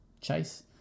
chase